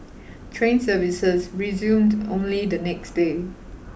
train services resumed only the next day